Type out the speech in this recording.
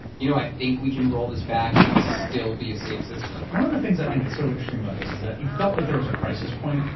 you know, i think we can roll this back and still be a safe system. one of the things that i think is so interesting about this is that you felt like there was a crisis point,